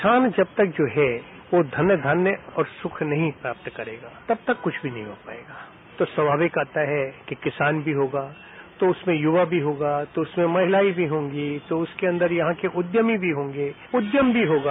किसान जब तक जो है वह धन धान्य और सुख नहीं प्राप्त करेगा तब तक कुछ भी नहीं हो पायेगा तो स्वाभाविक आता है कि किसान भी होगा तो उसमें युवा भी होगा तो उसमें महिलाएं भी होंगी तो उसके अन्दर यहां के उद्यमी भी होंगे उद्यम भी होगा